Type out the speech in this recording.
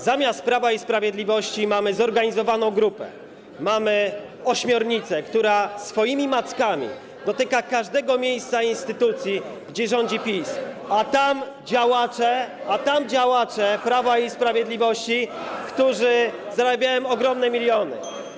Zamiast Prawa i Sprawiedliwości mamy zorganizowaną grupę, mamy ośmiornicę, która swoimi mackami dotyka każdego miejsca i instytucji, gdzie rządzi PiS, a tam są działacze Prawa i Sprawiedliwości, którzy zarabiają ogromne miliony.